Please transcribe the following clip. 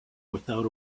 without